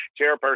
chairperson